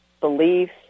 beliefs